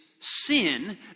sin